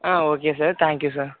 ah okay sir thank you sir